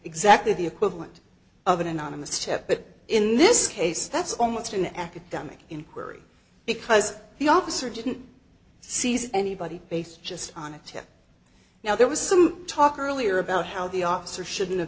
exactly the equivalent of an anonymous tip but in this case that's almost an academic inquiry because the officer didn't seize anybody based just on a tip now there was some talk earlier about how the officer shouldn't have